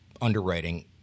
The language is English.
underwriting